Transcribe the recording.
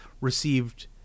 received